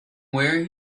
where